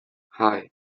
hei